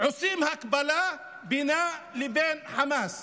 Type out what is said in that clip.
עושים הקבלה בינה לבין חמאס.